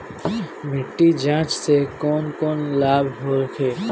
मिट्टी जाँच से कौन कौनलाभ होखे?